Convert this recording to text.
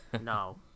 No